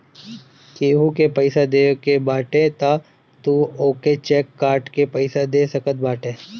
केहू के पईसा देवे के बाटे तअ तू ओके चेक काट के पइया दे सकत बाटअ